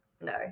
No